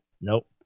nope